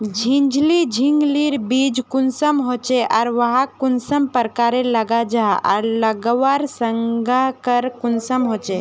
झिंगली झिंग लिर बीज कुंसम होचे आर वाहक कुंसम प्रकारेर लगा जाहा आर लगवार संगकर कुंसम होचे?